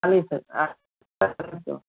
हाँ नहीं सर हाँ